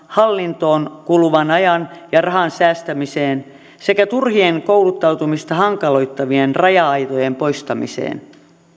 hallintoon kuluvan ajan ja rahan säästämiseen sekä turhien kouluttautumista hankaloittavien raja aitojen poistamiseen